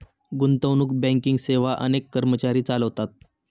गुंतवणूक बँकिंग सेवा अनेक कर्मचारी चालवतात